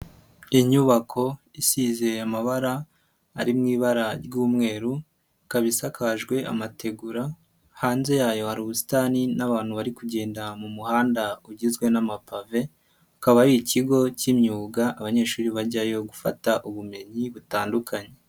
Inyubako isizeye amabara ari mu ibara ry'umweru, ikaba isakajwe amategura hanze yayo hari ubusitani n'abantu bari kugenda mu muhanda ugizwe n'amapave, akaba ari ikigo cy'imyuga abanyeshuri bajyayo gufata ubumenyi butandukanye.